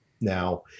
Now